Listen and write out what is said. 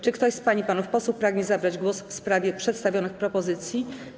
Czy ktoś z pań i panów posłów pragnie zabrać głos w sprawie przedstawionych propozycji?